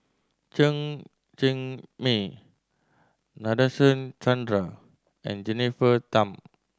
Chen Cheng Mei Nadasen Chandra and Jennifer Tham